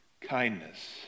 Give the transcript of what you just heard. kindness